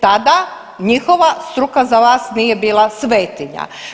Tada njihova struka za vas nije bila svetinja.